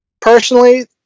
personally